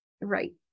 right